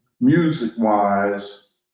Music-wise